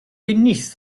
beneath